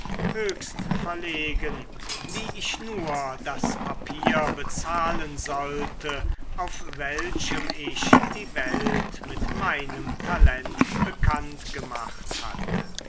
höchst verlegen wie ich nur das papier bezahlen sollte auf welchem ich die welt mit meinem talent bekannt gemacht hatte